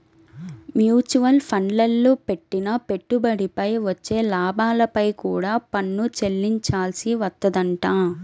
mutual ఫండ్లల్లో పెట్టిన పెట్టుబడిపై వచ్చే లాభాలపై కూడా పన్ను చెల్లించాల్సి వత్తదంట